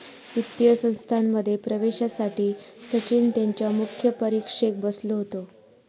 वित्तीय संस्थांमध्ये प्रवेशासाठी सचिन त्यांच्या मुख्य परीक्षेक बसलो होतो